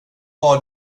var